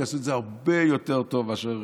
הם יעשו את זה הרבה יותר טוב מאשר